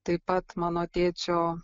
taip pat mano tėčio